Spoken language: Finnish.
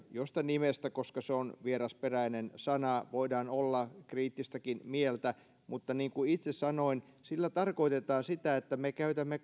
josta nimestä koska se on vierasperäinen sana voidaan olla kriittistäkin mieltä niin kuin itse sanoin tarkoitetaan sitä että me käytämme